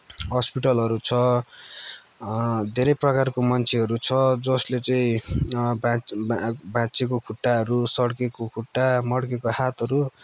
हस्पिटलहरू छ धेरै प्रकारको मान्छेहरू छ जसले चाहिँ भाँच्चिएको भाँच्चिएको खुट्टाहरू सड्किएको खुट्टा मड्किएको हातहरू